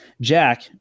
jack